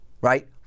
right